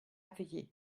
veiller